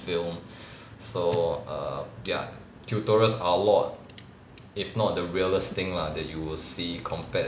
film so err ya tutorials are a lot if not the realest thing lah that you will see compared